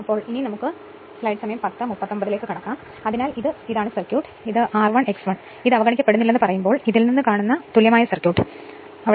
അതിനാൽ ഇതാണ് വൈദ്യുതിയുടെ പ്രവാഹപാത എന്നാൽ ഈ R1 X1 അത് അവഗണിക്കപ്പെടുന്നില്ലെന്ന് പറയുമ്പോൾ ഇതിൽ നിന്ന് കാണുന്ന തുല്യമായ വൈദ്യുതിയുടെ പ്രവാഹപാത